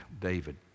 David